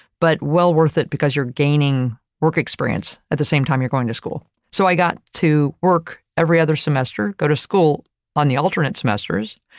but well worth it because you're gaining work experience at the same time you're going to school. so, i got to work every other semester, go to school on the alternate semesters.